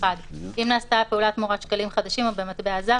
אם נעשתה הפעולה תמורת שקלים חדשים או במטבע זר,